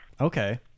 Okay